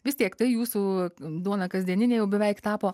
vis tiek tai jūsų duona kasdieninė jau beveik tapo